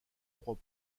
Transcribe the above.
trois